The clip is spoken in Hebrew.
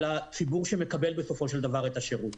הציבור שמקבל בסופו של דבר את השירות.